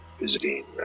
visiting